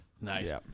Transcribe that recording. Nice